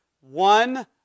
One